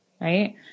right